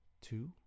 two